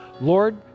Lord